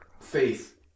faith